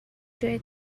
جای